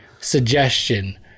suggestion